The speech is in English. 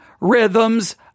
rhythms